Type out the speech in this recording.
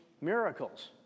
miracles